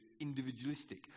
individualistic